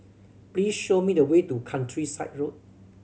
please show me the way to Countryside Road